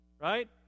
Right